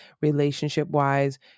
relationship-wise